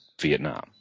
Vietnam